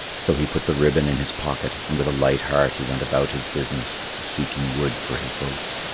so he put the ribbon in his pocket and with a light heart he went about his business of seeking wood for his boats.